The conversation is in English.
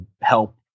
help